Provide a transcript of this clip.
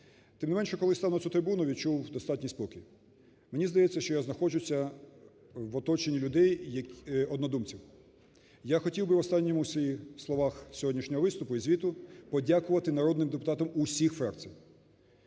Тим не менше, коли став на цю трибуну, відчув достатній спокій. Мені здається, що я знаходжуся в оточенні людей-однодумців. Я хотів би в останніх словах сьогоднішнього виступу і звіту подякувати народним депутатам усіх фракцій.